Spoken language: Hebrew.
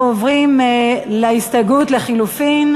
אנחנו עוברים להסתייגות לחלופין.